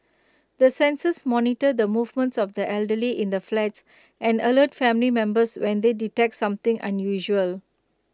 the sensors monitor the movements of the elderly in the flats and alert family members when they detect something unusual